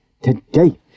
today